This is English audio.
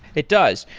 it does.